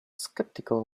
skeptical